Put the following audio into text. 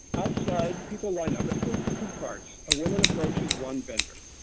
outside people line up at food carts. a woman approaches one vendor.